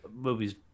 Movies